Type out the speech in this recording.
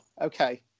Okay